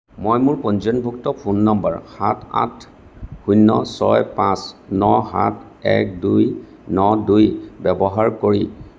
মই মোৰ পঞ্জীয়নভুক্ত ফোন নম্বৰ সাত আঠ শূন্য ছয় পাঁচ ন সাত এক দুই ন দুই ব্যৱহাৰ কৰি